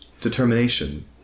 determination